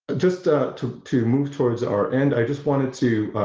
just ah to to move towards our end i just wanted to